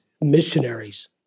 missionaries